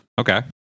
okay